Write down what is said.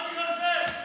רק בגלל זה?